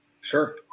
Sure